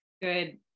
good